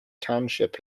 township